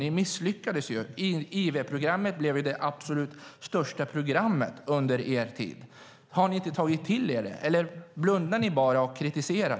Ni misslyckades. IV-programmet blev det absolut största programmet under er tid. Har ni inte tagit till er detta, eller blundar ni bara och kritiserar?